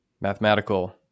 mathematical